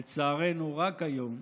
לצערנו, רק היום,